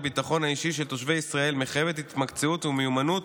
הביטחון האישי של תושבי ישראל מחייבות התמקצעות ומיומנות